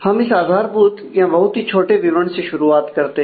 हम इस आधारभूत या बहुत ही छोटे विवरण से शुरुआत करते हैं